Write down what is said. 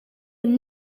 een